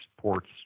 ports